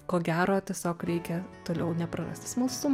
ko gero tiesiog reikia toliau neprarasti smalsumo